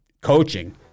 coaching